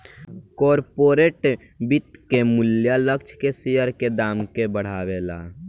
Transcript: corporate वित्त के मूल्य लक्ष्य शेयर के दाम के बढ़ावेले